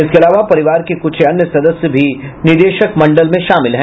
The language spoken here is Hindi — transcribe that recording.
इसके अलावा परिवार के कुछ अन्य सदस्य भी निदेशक मंडल में शामिल हैं